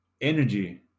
energy